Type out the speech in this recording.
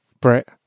brett